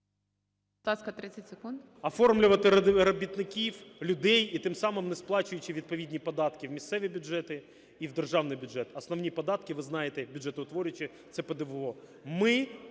оформлювати робітників, людей, і тим самим не сплачуючи відповідні податки в місцеві бюджети і в державний бюджет. Основні податки, ви знаєте, бюджетоутворюючі, – це ПДФО.